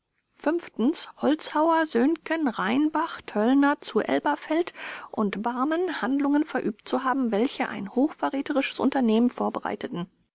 holzhauer söhngen rheinbach töllner zu elberfeld und barmen handlungen verübt zu haben welche ein hochverräterisches unternehmen vorbereiteten